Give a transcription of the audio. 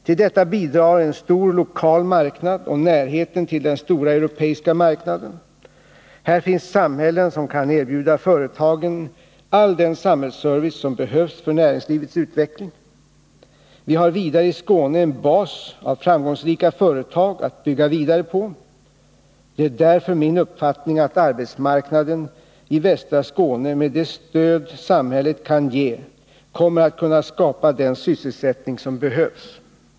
Till detta bidrar en stor lokal marknad och närheten till den stora europeiska marknaden. Här finns samhällen som kan erbjuda företagen all den samhällsservice som behövs för näringslivets utveckling. Vi har vidare i Skåne en bas av framgångsrika företag att bygga vidare på. Det är därför min uppfattning att arbetsmarknaden i västra Skåne, med det stöd samhället kan ge, kommer att kunna skapa den sysselsättning som behövs.